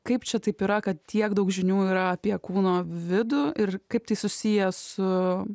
kaip čia taip yra kad tiek daug žinių yra apie kūno vidų ir kaip tai susiję su